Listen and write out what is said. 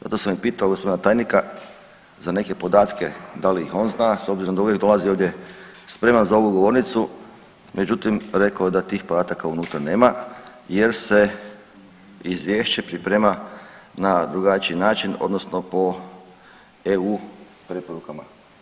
Zato sam i pitao gospodina tajnika za neke podatke da li ih on zna s obzirom da uvijek dolazi ovdje spreman za ovu govornicu, međutim rekao je da tih podataka unutra nema jer se izvješće priprema na drugačiji način odnosno po EU preporukama.